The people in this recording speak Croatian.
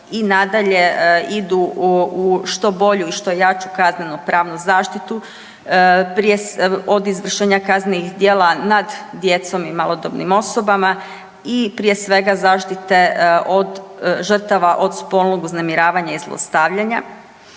i nadalje idu u što bolju i što jaču kaznenopravnu zaštitu, prije, od izvršenja kaznenih djela nad djecom i malodobnim osobama i prije svega, zaštite od žrtava od spolnog uznemiravanja i zlostavljanja.